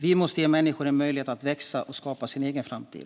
Vi måste ge människor en möjlighet att växa och skapa sin egen framtid.